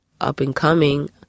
up-and-coming